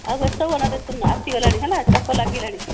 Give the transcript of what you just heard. ଆଉ ବ୍ୟସ୍ତ ହୁଅନା ବ୍ୟସ୍ତ ହୁଅନା ଆସିଗଲାଣି ହେଲା ଚକ ଲାଗିଲାଣି